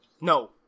No